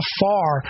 far